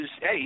hey